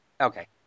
Okay